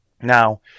Now